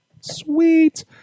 Sweet